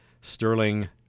Sterling